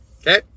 okay